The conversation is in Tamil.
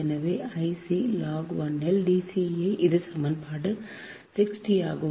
எனவேI c log 1 இல் D c a இது சமன்பாடு 60 ஆகும்